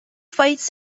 fights